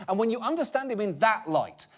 and when you understand him in that light,